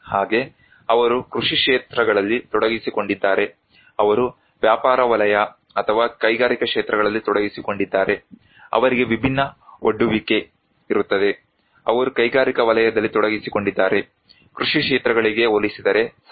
ಹಾಗೆ ಅವರು ಕೃಷಿ ಕ್ಷೇತ್ರಗಳಲ್ಲಿ ತೊಡಗಿಸಿಕೊಂಡಿದ್ದರೆ ಅವರು ವ್ಯಾಪಾರ ವಲಯ ಅಥವಾ ಕೈಗಾರಿಕಾ ಕ್ಷೇತ್ರಗಳಲ್ಲಿ ತೊಡಗಿಸಿಕೊಂಡಿದ್ದರೆ ಅವರಿಗೆ ವಿಭಿನ್ನ ಒಡ್ಡುವಿಕೆ ಇರುತ್ತದೆ ಅವರು ಕೈಗಾರಿಕಾ ವಲಯದಲ್ಲಿ ತೊಡಗಿಸಿಕೊಂಡಿದ್ದರೆ ಕೃಷಿ ಕ್ಷೇತ್ರಗಳಿಗೆ ಹೋಲಿಸಿದರೆ